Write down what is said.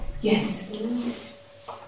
yes